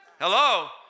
Hello